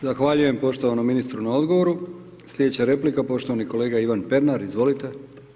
Zahvaljujem poštovanom ministru na odgovoru, slijedeća replika poštovani kolega Ivan Pernar, izvolite.